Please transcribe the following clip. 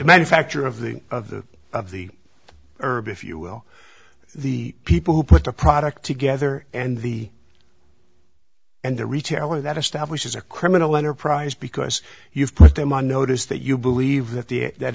manufacture of the of the of the herb if you will the people who put the product together and the and the retailer that establishes a criminal enterprise because you've put them on notice that you believe that the that